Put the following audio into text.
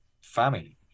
family